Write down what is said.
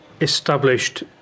established